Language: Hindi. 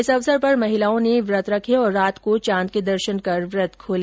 इस अवसर पर महिलाओं ने व्रत रखा और रात को चांद के दर्शन कर व्रत खोले